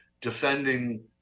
defending